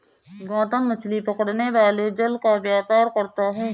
गौतम मछली पकड़ने वाले जाल का व्यापार करता है